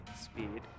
speed